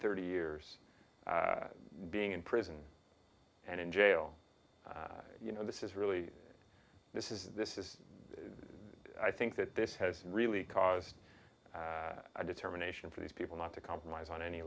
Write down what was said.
thirty years being in prison and in jail you know this is really this is this is i think that this has really caused a determination for these people not to compromise on any